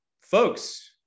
Folks